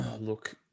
Look